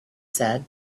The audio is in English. said